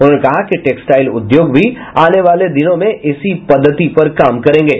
उन्होंने कहा कि टेक्सटाइल उद्योग भी आने वाले दिनों में इसी पद्वति पर काम करेंगे